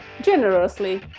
generously